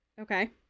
Okay